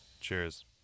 Cheers